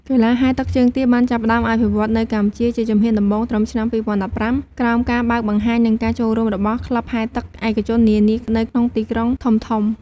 កីឡាហែលទឹកជើងទាបានចាប់ផ្តើមអភិវឌ្ឍនៅកម្ពុជាជាជំហានដំបូងត្រឹមឆ្នាំ ២០១៥ ក្រោមការបើកបង្ហាញ និងការចូលរួមរបស់ក្លឹបហែលទឹកឯកជននានានៅក្នុងទីក្រុងធំៗ។